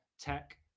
tech